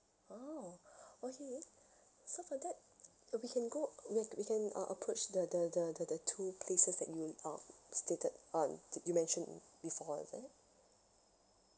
orh okay so for that uh we can go we're we can uh approach the the the the the two places that you uh stated uh that you mentioned before is it